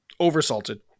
Oversalted